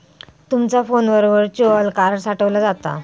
तुमचा फोनवर virtual card साठवला जाता